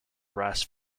brass